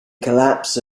collapse